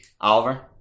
Oliver